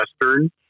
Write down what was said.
western